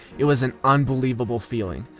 it was an unbelievable feeling.